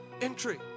entry